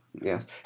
Yes